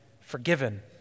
forgiven